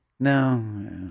No